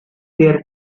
their